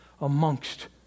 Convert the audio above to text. amongst